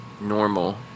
normal